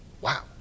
Wow